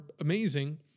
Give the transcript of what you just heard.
amazing